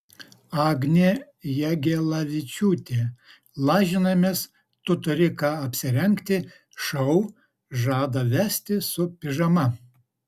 agnė jagelavičiūtė lažinamės tu turi ką apsirengti šou žada vesti su pižama